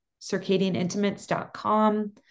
circadianintimates.com